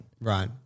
right